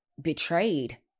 betrayed